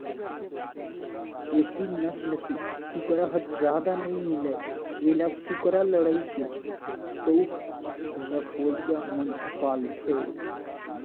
एसील नसल के कुकरा ह जादा नइ मिलय एला कुकरा लड़ई के सउख रखवइया मन पालथें